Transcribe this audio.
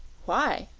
why?